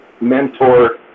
mentor